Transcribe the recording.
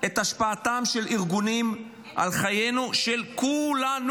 את השפעתם של ארגונים על החיים של כולנו.